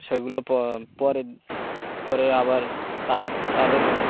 সেগুলো পরে পরে আবার তার তাদের